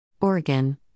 Oregon